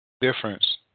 difference